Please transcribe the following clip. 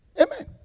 Amen